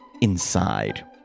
inside